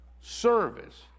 service